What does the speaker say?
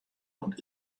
und